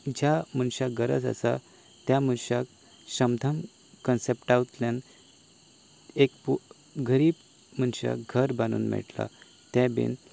ज्या मनशाक गरज आसा त्या मनशाक श्रम दम कॉन्सेपटांतल्यान एक गरीब मनशाक घर बांदून मेळटा तेंवूय बी